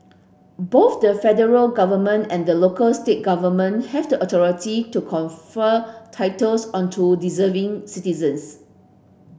both the federal government and the local state government have the authority to confer titles onto deserving citizens